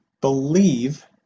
believe